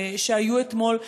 שהיו אתמול,